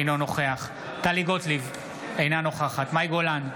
אינו נוכח טלי גוטליב, אינה נוכחת מאי גולן,